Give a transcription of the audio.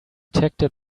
detected